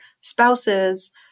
spouses